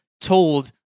told